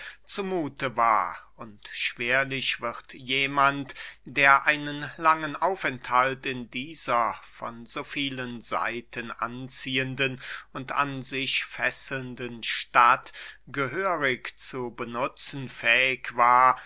zu muthe war und schwerlich wird jemand der einen langen aufenthalt in dieser von so vielen seiten anziehenden und an sich fesselnden stadt gehörig zu benutzen fähig war